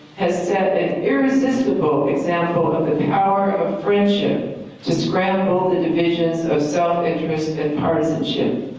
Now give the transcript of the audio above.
has set that irresistible example of the power of friendship to scrap all the divisions of self interest and partisanship.